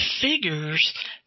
figures